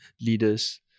leaders